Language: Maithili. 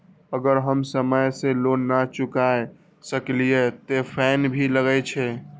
अगर हम समय से लोन ना चुकाए सकलिए ते फैन भी लगे छै?